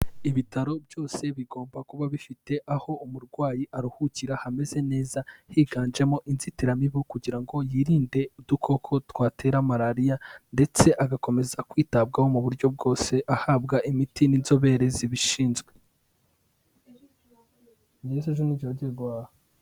Ibitaro byose bigomba kuba bifite aho umurwayi aruhukira hameze neza, higanjemo inzitiramibu kugira ngo yirinde udukoko twatera malariya ndetse agakomeza kwitabwaho mu buryo bwose ahabwa imiti n'inzobere zibishinzwe.